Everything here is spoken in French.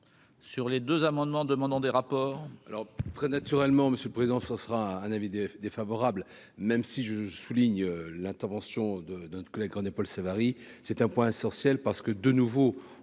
Sur les deux amendements demandant des rapports.